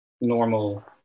normal